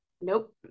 Nope